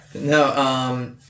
No